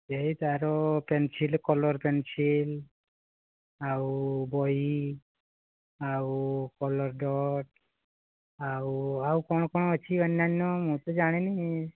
ଏଇ ତାର pencil colour pencil ଆଉ ବହି ଆଉ କଲର୍ ଡଟ୍ ଆଉ ଆଉ କ'ଣ କ'ଣ ଅଛି ଅନ୍ୟାନ୍ୟ ମୁଁ ତ ଜାଣିନି